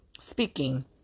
speaking